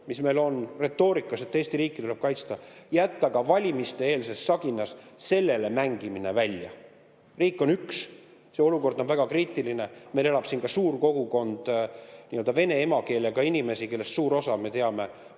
mis meil on retoorikas, et Eesti riiki tuleb kaitsta, jätta valimiste-eelses saginas mängimine välja. Riik on üks, olukord on väga kriitiline. Meil elab siin suur kogukond vene emakeelega inimesi, kellest suur osa, me teame,